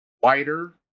Wider